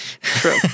True